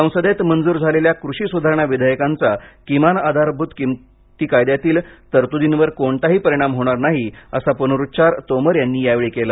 संसदेत मंजूर झालेल्या कृषी सुधारणा विधेयकांचा किमान आधारभूत किमती कायद्यातील तरतुदींवर कोणताही परिणाम होणार नाही असा पुनरुच्चार तोमर यांनी यावेळी बोलताना केला